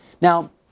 Now